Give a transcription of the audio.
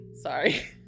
Sorry